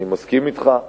אני מסכים אתך.